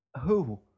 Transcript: Who